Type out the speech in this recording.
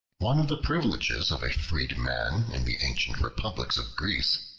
one of the privileges of a freedman in the ancient republics of greece,